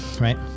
right